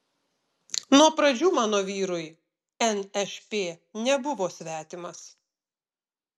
nuo pradžių mano vyrui nšp nebuvo svetimas